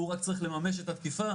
הוא רק צריך לממש את התקיפה,